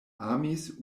amis